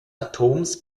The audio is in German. atoms